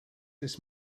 this